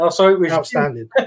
outstanding